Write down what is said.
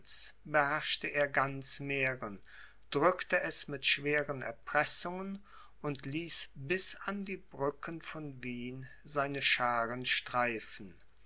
beherrschte er ganz mähren drückte es mit schweren erpressungen und ließ bis an die brücken von wien seine schaaren streifen